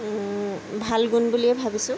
ভাল গুণ বুলিয়ে ভাবিছোঁ